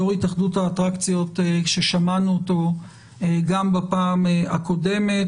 יו"ר התאחדות האטרקציות ששמענו אותו גם בפעם הקודמת,